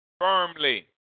Firmly